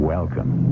Welcome